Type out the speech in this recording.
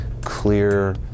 clear